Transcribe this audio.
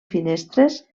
finestres